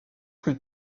plus